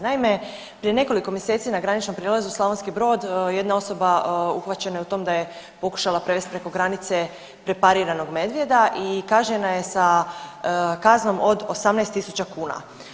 Naime, prije nekoliko mjeseci na graničnom prijelazu Slavonski Brod jedna osoba uhvaćena je u tom da je pokušala prevest preko granice prepariranog medvjeda i kažnjena je sa kaznom od 18.000 kuna.